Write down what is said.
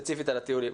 ספציפית על הטיולים.